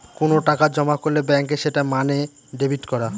কোনো টাকা জমা করলে ব্যাঙ্কে সেটা মানে ডেবিট করা